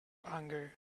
anger